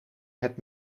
het